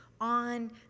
on